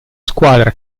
squadra